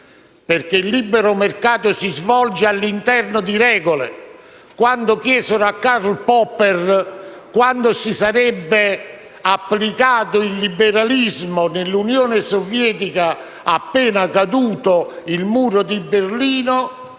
perché il libero mercato si svolge all'interno di regole. Quando chiesero a Karl Popper quando si sarebbe applicato il liberalismo nell'Unione sovietica appena caduto il Muro di Berlino,